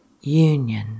union